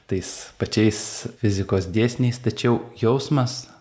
tais pačiais fizikos dėsniais tačiau jausmas